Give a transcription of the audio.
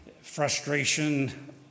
frustration